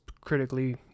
critically